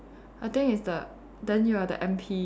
I think it's the then you are the M_P